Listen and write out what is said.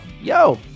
Yo